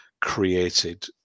created